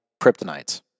kryptonite's